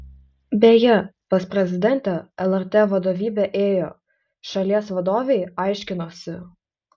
beje pas prezidentę lrt vadovybė ėjo šalies vadovei aiškinosi